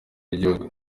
w’igihugu